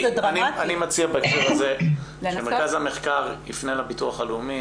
אני מציע בהקשר הזה שמרכז המחקר יפנה לביטוח הלאומי,